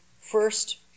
First